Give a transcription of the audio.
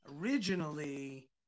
originally